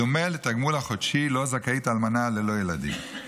בדומה לתגמול החודשי שלו זכאית אלמנה ללא ילדים.